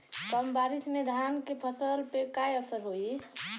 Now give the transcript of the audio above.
कम बारिश में धान के फसल पे का असर होई?